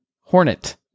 Hornet